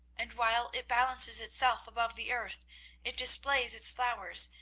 and while it balances itself above the earth it displays its flowers,